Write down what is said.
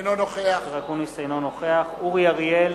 אינו נוכח אורי אריאל,